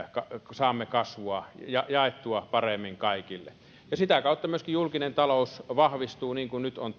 saamme kasvua jaettua paremmin kaikille sitä kautta myöskin julkinen talous vahvistuu niin kuin nyt on